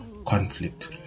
Conflict